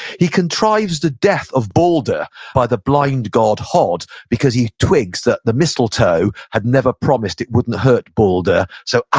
he contrives the death of balder by the blind god hod because the twigs, the the mistletoe, had never promised it wouldn't hurt balder. so,